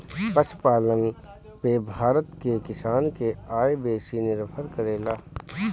पशुपालन पे भारत के किसान के आय बेसी निर्भर करेला